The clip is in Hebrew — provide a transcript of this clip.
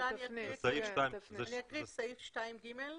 סעיף 2(ג).